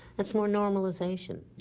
it's more normalization. yeah.